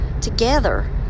together